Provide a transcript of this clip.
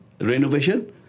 renovation